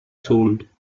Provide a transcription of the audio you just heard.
sold